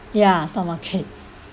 ya some are